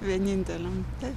vieninteliam tai